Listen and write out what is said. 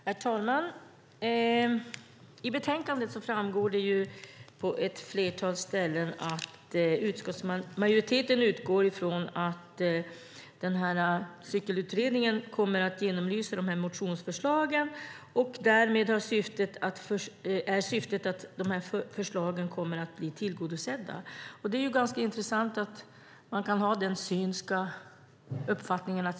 Herr talman! I betänkandet framgår det på ett flertal ställen att utskottsmajoriteten utgår från att Cykelutredningen kommer att genomlysa motionsförslagen. Syftet är att förslagen ska bli tillgodosedda. Det är ganska intressant att man kan ha den synska uppfattningen.